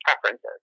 preferences